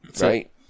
Right